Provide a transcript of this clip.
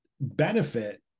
benefit